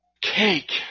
Cake